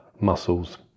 muscles